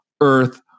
Earth